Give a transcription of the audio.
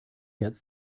get